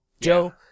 Joe